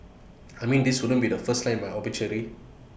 I mean this wouldn't be the first line in my obituary